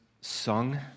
sung